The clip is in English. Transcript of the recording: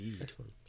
Excellent